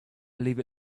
believe